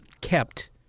kept